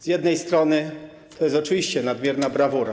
Z jednej strony to jest oczywiście nadmierna brawura.